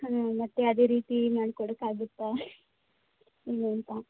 ಹ್ಞೂ ಮತ್ತೆ ಅದೇ ರೀತಿ ಮಾಡ್ಕೊಡೋಕ್ಕಾಗುತ್ತಾ ಎನು ಅಂತ